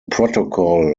protocol